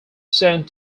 sent